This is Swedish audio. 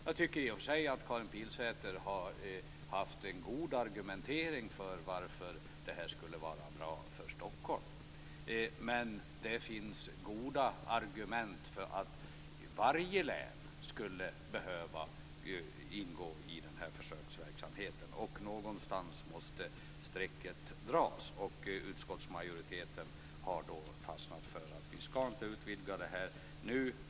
Jag tycker i och för sig att Karin Pilsäters argumentation för att det här skulle vara bra för Stockholm är god, men det kan också anföras goda argument för att alla län skulle behöva ingå i försöksverksamheten. Någonstans måste strecket dras, och utskottsmajoriteten har fastnat för att vi inte nu skall utvidga det här.